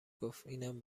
گفت، اینم